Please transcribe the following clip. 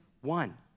one